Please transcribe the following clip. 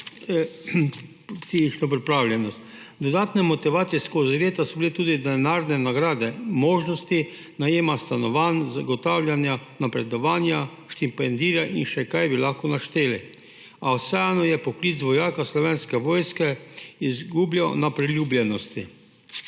Dodatna motivacija skozi leta so bile tudi denarne nagrade, možnosti najema stanovanj, zagotavljanja napredovanja, štipendiranja in še kaj bi lahko našteli. A vseeno je poklic vojaka Slovenske vojske izgubljal na priljubljenosti.